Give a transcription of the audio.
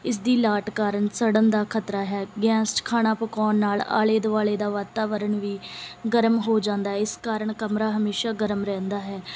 ਇਸ ਦੀ ਲਾਟ ਕਾਰਨ ਸੜਨ ਦਾ ਖਤਰਾ ਹੈ ਗੈਸ 'ਚ ਖਾਣਾ ਪਕਾਉਣ ਨਾਲ ਆਲੇ ਦੁਆਲੇ ਦਾ ਵਾਤਾਵਰਨ ਵੀ ਗਰਮ ਹੋ ਜਾਂਦਾ ਇਸ ਕਾਰਨ ਕਮਰਾ ਹਮੇਸ਼ਾ ਗਰਮ ਰਹਿੰਦਾ ਹੈ